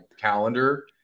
calendar